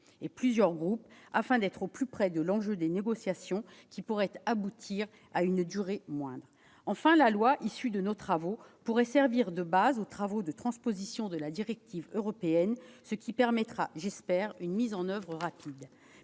de plusieurs groupes, afin d'être au plus près de l'enjeu des négociations qui pourraient aboutir à une durée moindre. Aussi, la loi issue de nos travaux pourrait servir de fondement à la transposition de la directive européenne, ce qui permettrait, je l'espère, une mise en oeuvre rapide.